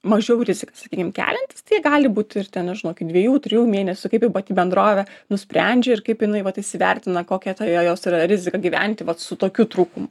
mažiau riziką sakykim keliantys tai jie gali būt ir ten nežinau iki dviejų trijų mėnesių kaip jau pati bendrovė nusprendžia ir kaip jinai vat įsivertina kokią jo jos yra rizika gyventi vat su tokiu trūkum